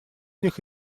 них